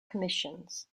commissions